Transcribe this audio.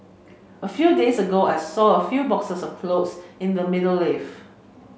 a few days ago I saw a few boxes of clothe in the middle lift